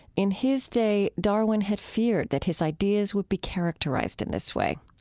in his day, darwin had feared that his ideas would be characterized in this way.